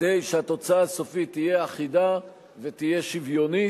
כדי שהתוצאה הסופית תהיה אחידה ותהיה שוויונית.